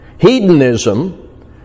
Hedonism